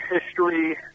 history